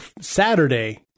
Saturday